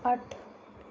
अट्ठ